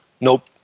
Nope